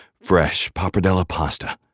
fresh pappardelle pasta.